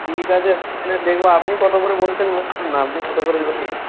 ঠিক আছে দেখব আপনি কত করে বলছেন বলুন না আপনি কত করে দেবেন